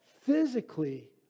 physically